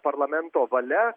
parlamento valia